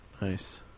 Nice